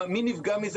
ומי נפגע מזה?